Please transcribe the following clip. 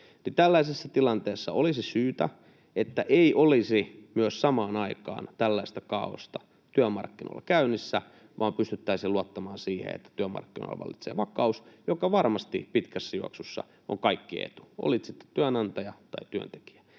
tällaisessa tilanteessa olisi syytä, että ei olisi samaan aikaan myös tällaista kaaosta työmarkkinoilla käynnissä vaan pystyttäisiin luottamaan siihen, että työmarkkinoilla vallitsee vakaus, joka varmasti pitkässä juoksussa on kaikkien etu, olit sitten työnantaja tai työntekijä.